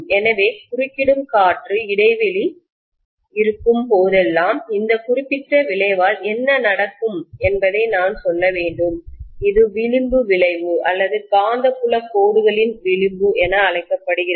எனவே குறுக்கிடும் காற்று இடைவெளி இருக்கும் போதெல்லாம் இந்த குறிப்பிட்ட விளைவால் என்ன நடக்கும் என்பதை நான் சொல்ல வேண்டும் இது விளிம்பு விளைவு அல்லது காந்தப்புலக் கோடுகளின் விளிம்பு என அழைக்கப்படுகிறது